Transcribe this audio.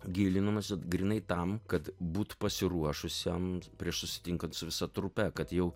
gilinomės vat grynai tam kad būt pasiruošusiem prieš susitinkant su visa trupe kad jau